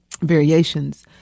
variations